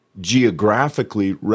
geographically